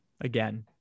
again